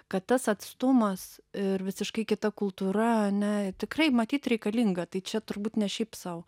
kad tas atstumas ir visiškai kita kultūra ane tikrai matyt reikalinga tai čia turbūt ne šiaip sau